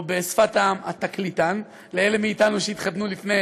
או בשפת העם, התקליטן, לאלה מאתנו שהתחתנו לפני